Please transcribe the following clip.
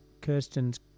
Kirsten's